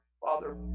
Father